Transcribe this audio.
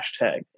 hashtag